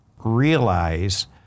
realize